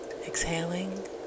Exhaling